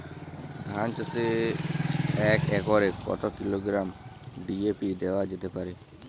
ধান চাষে এক একরে কত কিলোগ্রাম ডি.এ.পি দেওয়া যেতে পারে?